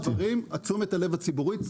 חשובה תשומת הלב הציבורית,